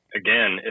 again